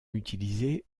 utilisée